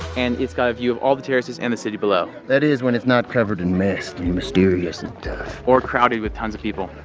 and it's got a view of all the terraces and the city below. that is when it's not covered in mist or mysterious and death or crowded with tons of people.